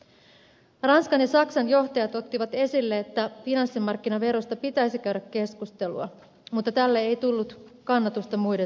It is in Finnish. ranskan ja saksan johtajat ottivat esille sen että finanssimarkkinaverosta pitäisi käydä keskustelua mutta tälle ei tullut kannatusta muiden taholta